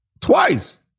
twice